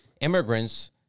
immigrants